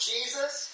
Jesus